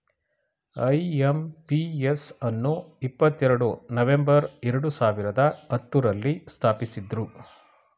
IMPS ಅನ್ನು ಇಪ್ಪತ್ತೆರಡು November ಎರಡು ಸಾವಿರದ ಹತ್ತುರಲ್ಲಿ ಸ್ಥಾಪಿಸಿದ್ದ್ರು